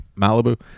Malibu